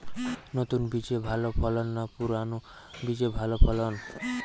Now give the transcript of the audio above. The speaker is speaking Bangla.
নতুন বীজে ভালো ফলন না পুরানো বীজে ভালো ফলন?